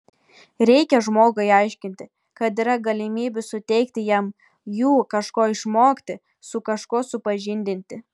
reikia žmogui aiškinti kad yra galimybių suteikti jam jų kažko išmokti su kažkuo supažindinti